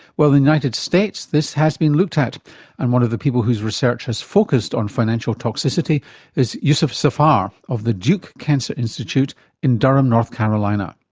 well, in the united states this has been looked at and one of the people whose research has focussed on financial toxicity is yousuf zafar of the duke cancer institute in durham north carolina.